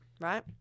right